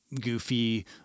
goofy